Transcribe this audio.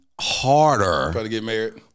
harder